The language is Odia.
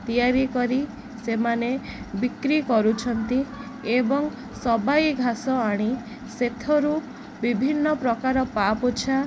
ତିଆରି କରି ସେମାନେ ବିକ୍ରି କରୁଛନ୍ତି ଏବଂ ସବାଇ ଘାସ ଆଣି ସେଥିରୁ ବିଭିନ୍ନ ପ୍ରକାର ପାପୋଛ